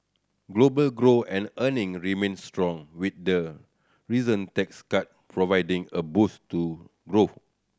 global growth and earning remain strong with the recent tax cut providing a boost to growth